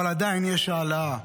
אבל עדיין יש העלאה,